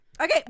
Okay